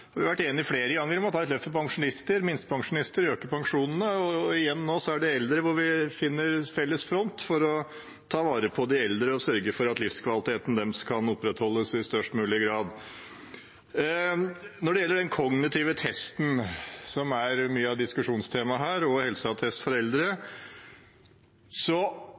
har vi vært enige flere ganger om å ta et løft for pensjonister, for minstepensjonister, og øke pensjonene. Igjen finner vi nå felles front for å ta vare på de eldre og sørge for at livskvaliteten deres kan opprettholdes i størst mulig grad. Når det gjelder helseattest for eldre og den kognitive testen, som er mye av diskusjonstemaet her,